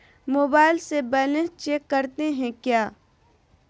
Mobile से balance check करते हैं क्या?